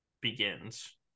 begins